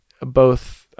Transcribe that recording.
both-